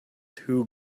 too